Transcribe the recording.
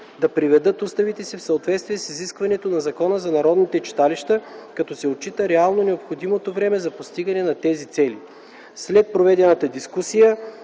да приведат уставите си в съответствие с изискванията на Закона за народните читалища, като се отчита реално необходимото време за постигане на тези цели. След проведената дискусия